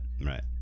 right